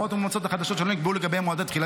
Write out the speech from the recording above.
ההוראות המאומצות החדשות שלא נקבעו לגביהן מועדי תחילה